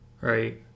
Right